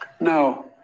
no